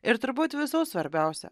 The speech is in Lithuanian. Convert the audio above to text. ir turbūt visų svarbiausia